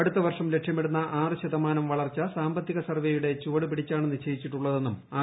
അടുത്ത വർഷം ലക്ഷ്യമിടുന്ന ആറ് ശതമാനം വളർച്ച സാമ്പത്തിക സർവ്വേയുടെ ചുവട് പിടിച്ചാണ് നിശ്ചയിച്ചിട്ടുള്ളതെന്നും ആർ